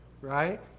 right